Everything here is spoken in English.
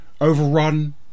overrun